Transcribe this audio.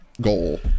goal